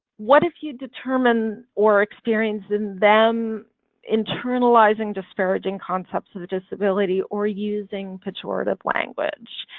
what if you determine or experience in them internalizing disparaging concepts of disability or using pejorative language